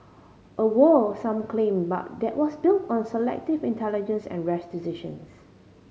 a war some claim but that was built on selective intelligence and rash decisions